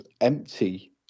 empty